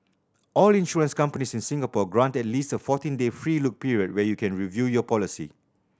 all insurance companies in Singapore grant at least a fourteen day free look period where you can review your policy